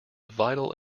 vital